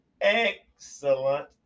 excellent